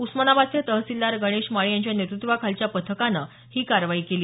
उस्मानाबादचे तहसीलदार गणेश माळी यांच्या नेतृत्वाखालच्या पथकानं ही कारवाई केली